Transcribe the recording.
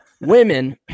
women